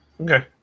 Okay